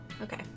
Okay